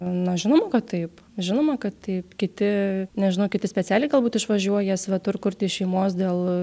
na žinoma kad taip žinoma kad taip kiti nežinau kiti specialiai galbūt išvažiuoja svetur kurti šeimos dėl